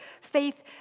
faith